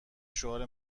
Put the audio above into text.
شعار